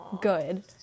good